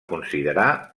considerà